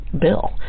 bill